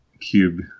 Cube